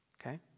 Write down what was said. okay